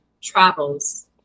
travels